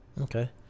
Okay